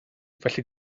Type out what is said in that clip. felly